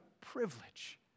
privilege